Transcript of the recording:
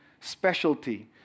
specialty